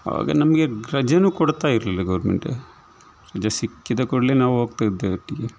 ಆವಾಗ ನಮಗೆ ರಜೆನೂ ಕೊಡ್ತಾ ಇರಲಿಲ್ಲ ಗೋರ್ಮೆಂಟ್ ರಜೆ ಸಿಕ್ಕಿದ ಕೂಡಲೇ ನಾವು ಹೋಗ್ತಾ ಇದ್ದೆವು ಒಟ್ಟಿಗೆ